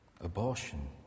abortion